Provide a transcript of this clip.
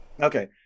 okay